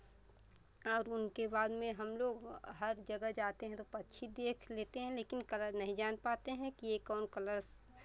और उनके बाद में हम लोग हर जगह जाते हैं तो पक्षी देख लेते हैं लेकिन कलर नहीं जान पाते हैं कि ये कौन कलर्स